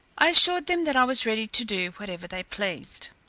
i assured them that i was ready to do whatever they pleased.